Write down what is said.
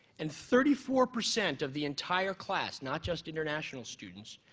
and thirty four percent of the entire class, not just international students,